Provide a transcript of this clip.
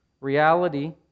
Reality